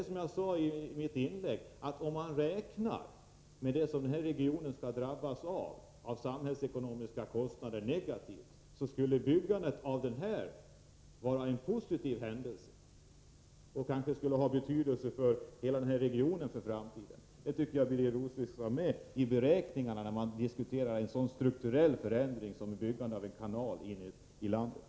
Som jag sade i mitt inlägg: Om man räknar med det som denna region har drabbats av i fråga om negativa samhällsekonomiska kostnader, skulle detta byggande vara en positiv händelse som kanske skulle ha betydelse för hela regionen för framtiden. Jag tycker att Birger Rosqvist borde ha med det i beräkningen när han diskuterar en sådan strukturell förändring som byggandet av en kanal inne i landet.